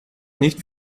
nicht